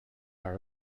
are